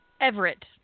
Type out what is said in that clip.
Everett